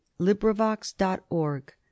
LibriVox.org